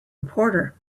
reporter